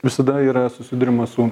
visada yra susiduriama su